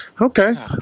Okay